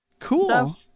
cool